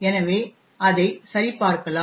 எனவே அதை சரிபார்க்கலாம்